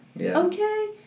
okay